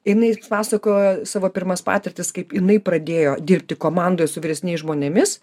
jinai ir pasakojo savo pirmas patirtis kaip jinai pradėjo dirbti komandoje su vyresniais žmonėmis